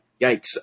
yikes